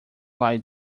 lie